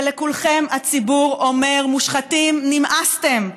ולכולכם הציבור אומר: מושחתים, נמאסתם.